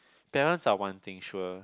parents are one thing sure